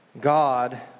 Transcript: God